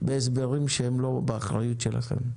בהסברים שהם לא באחריות שלכן.